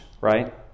right